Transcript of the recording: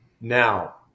Now